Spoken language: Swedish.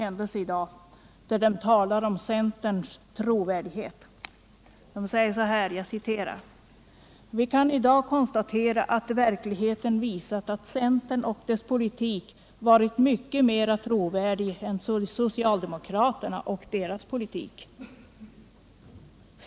Där talas det bl.a. om centerns trovärdighet, och jag vill citera följande: ” Vi kan idag konstatera att verkligheten visat att centern och dess politik varit mycket mera trovärdig än socialdemokraterna och deras politik.